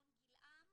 מעון 'גילעם'